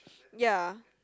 ya